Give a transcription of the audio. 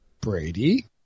Brady